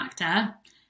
actor